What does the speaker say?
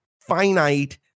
finite